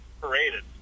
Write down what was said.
paraded